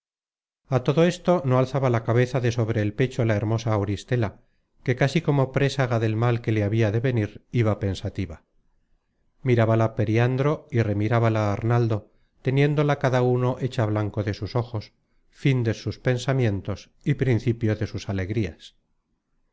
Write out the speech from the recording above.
a todo esto no alzaba la cabeza de sobre el pecho la hermosa auristela que casi como présaga del mal que le habia de venir iba pensativa mirábala periandro y remirábala arnaldo teniéndola cada uno hecha blanco de sus ojos fin de sus pensamientos y principio de sus alegrías